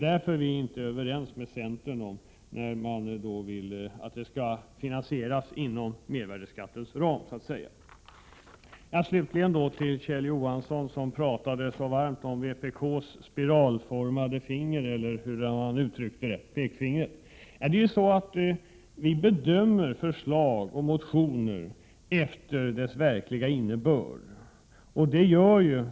Därför är vi inte överens med centern om att sänkningen av matmomsen skall finansieras så att säga inom mervärdeskattens ram. Slutligen några ord till Kjell Johansson, som pratade så engagerat om vpk:s spiralformade pekfinger, eller hur han uttryckte det. Vi bedömer regeringsförslag och motioner efter deras verkliga innebörd.